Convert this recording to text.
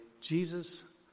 Jesus